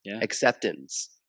Acceptance